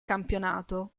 campionato